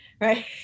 right